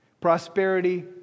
Prosperity